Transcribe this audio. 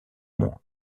monde